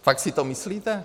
Fakt si to myslíte?